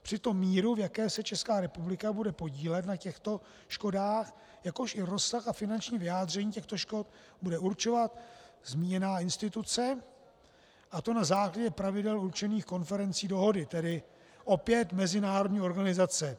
Přitom míru, v jaké se Česká republika bude podílet na těchto škodách, jakož i rozsah a finanční vyjádření těchto škod bude určovat zmíněná instituce, a to na základě pravidel určených konferencí dohody, tedy opět mezinárodní organizace.